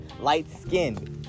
light-skinned